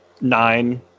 nine